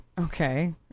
Okay